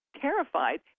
terrified